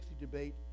debate